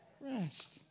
rest